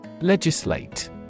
Legislate